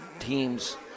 teams